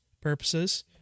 purposes